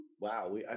Wow